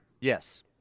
Yes